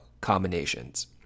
combinations